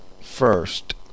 first